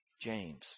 James